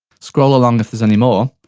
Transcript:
scroll along if there's any more,